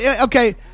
okay